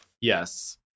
Yes